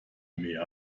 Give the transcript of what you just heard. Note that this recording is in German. mehr